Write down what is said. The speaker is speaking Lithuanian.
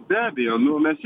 be abejo nu mes